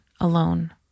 alone